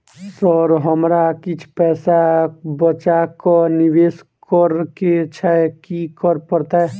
Sir हमरा किछ पैसा बचा कऽ निवेश करऽ केँ छैय की करऽ परतै?